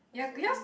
as in